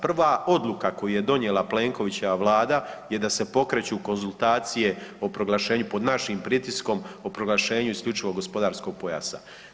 Prva odluka koju je donijela Plenkovićeva Vlada je da se pokreću konzultacije o proglašenju pod našim pritiskom, o proglašenju isključivog gospodarskog pojasa.